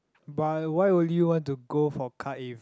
but why will you want to go for card if